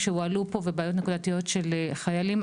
שכשכבר נותנים הלוואה לאותו חייל בודד,